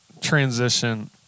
transition